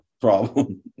problem